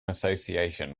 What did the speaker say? association